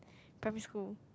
primary school